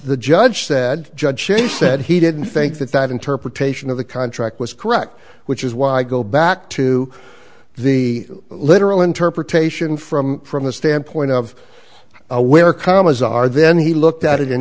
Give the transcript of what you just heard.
the judge said judge she said he didn't think that that interpretation of the contract was correct which is why i go back to the literal interpretation from from the standpoint of where commas are then he looked at it